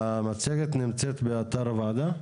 המצגת נמצאת באתר הוועדה?